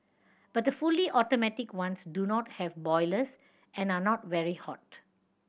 but the fully automatic ones do not have boilers and are not very hot